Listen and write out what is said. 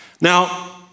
Now